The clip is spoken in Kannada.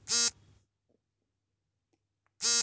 ಸಾಲಕ್ಕೆ ಅರ್ಜಿ ಸಲ್ಲಿಸುವಾಗ ಯಾವ ಪ್ರಶ್ನೆಗಳನ್ನು ಕೇಳಲಾಗುತ್ತದೆ?